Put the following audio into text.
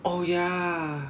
oh ya